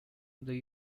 the